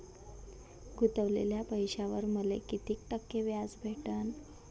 गुतवलेल्या पैशावर मले कितीक टक्के व्याज भेटन?